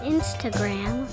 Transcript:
Instagram